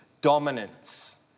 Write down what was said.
dominance